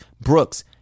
Brooks